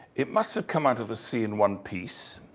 it must have come out of the sea in one piece.